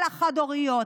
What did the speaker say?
על החד-הוריות,